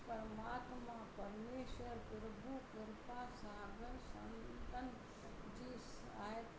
परमात्मा परमेश्वर प्रभु कृपा सागर संतनि जी आहे